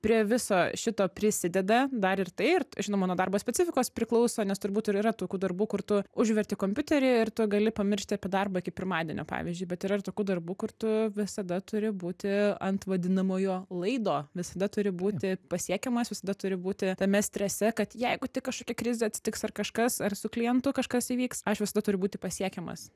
prie viso šito prisideda dar ir tai ir žinoma nuo darbo specifikos priklauso nes turbūt ir yra tokių darbų kur tu užverti kompiuterį ir tu gali pamiršti apie darbą iki pirmadienio pavyzdžiui bet yra ir tokių darbų kur tu visada turi būti ant vadinamojo laido visada turi būti pasiekiamas visada turi būti tame strese kad jeigu tik kažkokia krizė atsitiks ar kažkas ar su klientu kažkas įvyks aš visada turi būti pasiekiamas